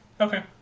okay